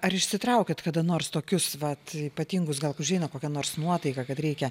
ar išsitraukiat kada nors tokius vat ypatingus gal užeina kokia nors nuotaika kad reikia